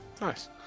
nice